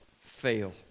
fail